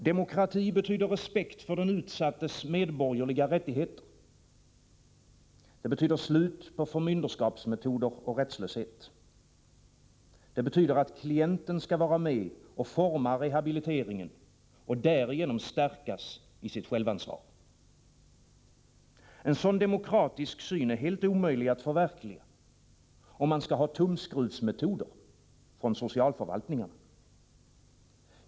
Demokrati betyder respekt för den utsattes medborgerliga rättigheter. Det betyder slut på förmynderskapsmetoder och rättslöshet. Det betyder att klienten skall vara med och forma rehabiliteringen och därigenom stärkas i sitt självansvar. En sådan demokratisk syn är helt omöjlig att förverkliga, om socialförvaltningarna skall ha tumskruvsmetoder.